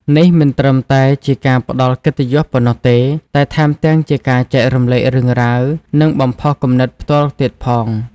នេះមិនត្រឹមតែជាការផ្តល់កិត្តិយសប៉ុណ្ណោះទេ តែថែមទាំងជាការចែករំលែករឿងរ៉ាវ និងបំផុសគំនិតផ្ទាល់ទៀតផង។